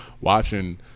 watching